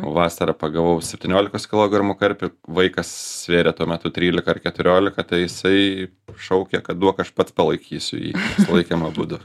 vasarą pagavau septyniolikos kilogramų karpį vaikas svėrė tuo metu trylika ar keturiolika tai jisai šaukė kad duok aš pats palaikysiu jį laikėm abudu